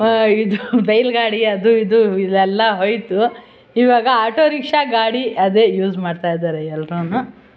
ಇದು ಬೈಲು ಗಾಡಿ ಅದು ಇದು ಇವೆಲ್ಲ ಹೋಯಿತು ಈವಾಗ ಆಟೋ ರಿಕ್ಷಾ ಗಾಡಿ ಅದೇ ಯೂಸ್ ಮಾಡ್ತಾಯಿದ್ದಾರೆ ಎಲ್ಲರೂ